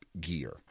gear